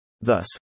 Thus